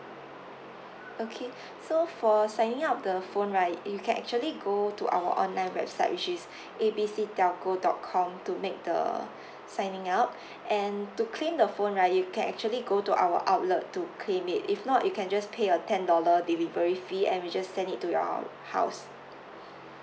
okay so for signing up the phone right you can actually go to our online website which is A B C telco dot com to make the signing up and to claim the phone right you can actually go to our outlet to claim it if not you can just pay a ten dollar delivery fee and we just send it to your home house